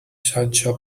sancho